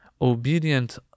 obedient